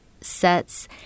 sets